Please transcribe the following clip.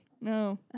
No